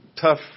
tough